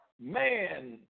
man